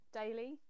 daily